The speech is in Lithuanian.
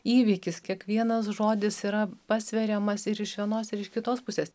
įvykis kiekvienas žodis yra pasveriamas ir iš vienos ir iš kitos pusės